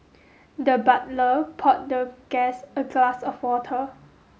the butler poured the guest a glass of water